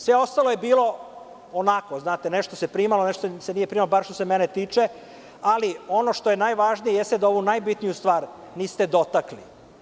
Sve ostalo je bilo onako, nešto se primalo, nešto se nije primalo, bar što se mene tiče, ali ono što je najvažnije, jeste da ovu najbitniju stvar niste dotakli.